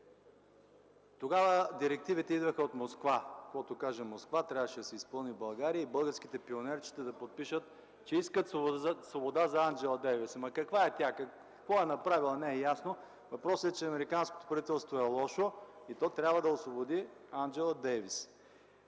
Москва, каквото кажеше Москва, трябваше да се изпълни в България. Българските пионерчета трябваше да подпишат, че искат свобода за Анджела Дейвис, но каква е тя, какво е направила, не беше ясно. Въпросът беше, че американското правителство е лошо и то трябва да освободи Анджела Дейвис.